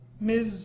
Ms